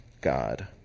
God